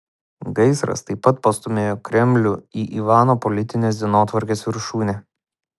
gaisras taip pat pastūmėjo kremlių į ivano politinės dienotvarkės viršūnę